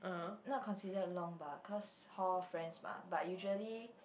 not considered long bah cause hall friends mah but usually